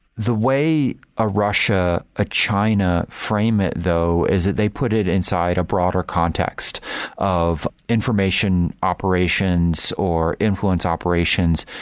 the way a russia, a china frame it though is that they put it inside a broader context of information operations or influence operations.